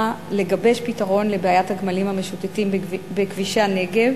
לגבש פתרון לבעיית הגמלים המשוטטים בכבישי הנגב